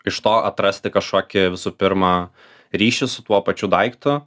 iš to atrasti kažkokį visų pirma ryšį su tuo pačiu daiktu